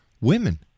Women